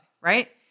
Right